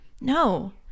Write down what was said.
No